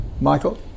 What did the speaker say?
Michael